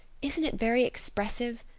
isn't it very expressive?